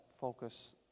focus